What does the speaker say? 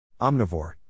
Omnivore